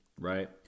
right